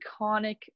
iconic